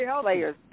players